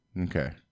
Okay